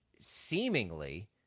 seemingly